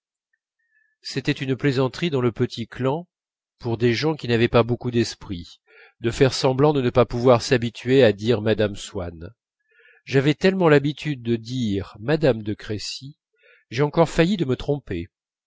c'était une plaisanterie dans le petit clan pour des gens qui n'avaient pas beaucoup d'esprit de faire semblant de ne pas pouvoir s'habituer à dire mme swann j'avais tellement l'habitude de dire madame de crécy j'ai encore failli de me tromper